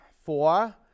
Four